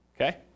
okay